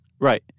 Right